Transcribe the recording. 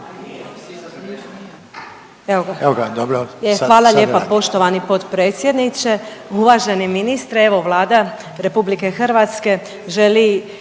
Hvala lijepa poštovani potpredsjedniče. Uvaženi ministre, evo Vlada RH želi i današnjim